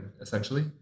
essentially